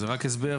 זה רק הסבר,